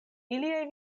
iliaj